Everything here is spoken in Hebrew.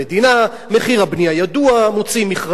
מוציאים מכרזים ותופרים את העניין.